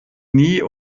nie